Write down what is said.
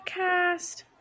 podcast